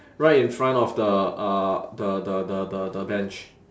right in front of the uh the the the the the bench